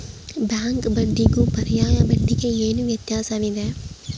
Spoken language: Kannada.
ಬ್ಯಾಂಕ್ ಬಡ್ಡಿಗೂ ಪರ್ಯಾಯ ಬಡ್ಡಿಗೆ ಏನು ವ್ಯತ್ಯಾಸವಿದೆ?